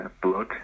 Blood